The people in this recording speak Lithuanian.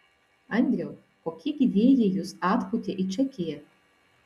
andriau kokie gi vėjai jus atpūtė į čekiją